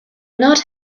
not